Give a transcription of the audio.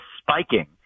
spiking